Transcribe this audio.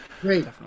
Great